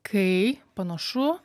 kai panašu